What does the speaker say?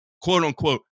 quote-unquote